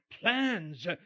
plans